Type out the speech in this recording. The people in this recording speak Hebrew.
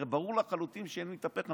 הרי ברור לחלוטין שאם זה יתהפך,